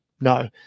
No